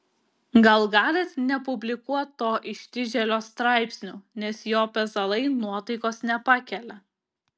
gal galit nepublikuot to ištižėlio straipsnių nes jo pezalai nuotaikos nepakelia